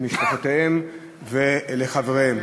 למשפחותיהם ולחבריהם.